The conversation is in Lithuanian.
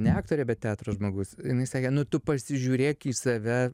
ne aktorė bet teatro žmogus jinai sakė nu tu pasižiūrėk į save